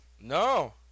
No